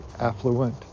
affluent